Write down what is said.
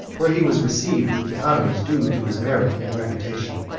where he was received with the honors due to his merit and reputation.